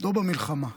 לא במלחמה,